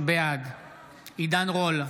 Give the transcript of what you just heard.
בעד עידן רול,